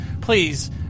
please